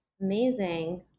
Amazing